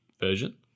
version